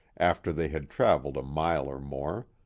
after they had traveled a mile or more.